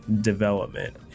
Development